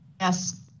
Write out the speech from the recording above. Yes